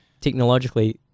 technologically